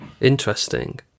interesting